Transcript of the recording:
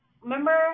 remember